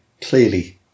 clearly